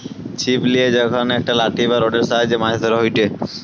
ছিপ লিয়ে যখন একটা লাঠি বা রোডের সাহায্যে মাছ ধরা হয়টে